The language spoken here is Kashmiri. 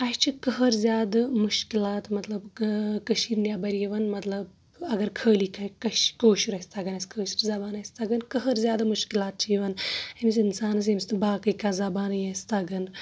اَسہِ چھ قٔہر زیٛادٕ مُشکِلات مطلب کٔشیٖرِ نیٚبر یِوان مطلب اگر خألی کأشُر آسہِ تگان اسہِ کأشِر زبان آسہِ تگان قٔہر زیٛادٕ مُشکِلات چھ یِوان أمِس اِنسانس ییٚمِس نہٕ باقےٕ کانٛہہ زبانےٕ آسہِ تگان